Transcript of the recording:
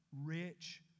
rich